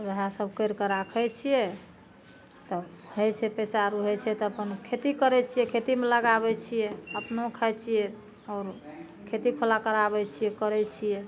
उहए सब कैर कऽ राखै छियै तब होइ छै तऽ पैसा आरू होइ छै तऽ अपन खेती करै छियै खेतीमे लगाबै छियै अपनो खाइ छियै आओर खेती कोला कराबै छियै करै छियै